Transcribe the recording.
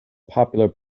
popular